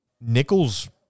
Nichols